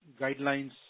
guidelines